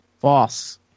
False